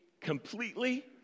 completely